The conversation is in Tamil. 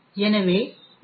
எனவே ஜி